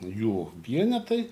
jų vienetai